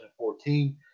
2014